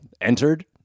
entered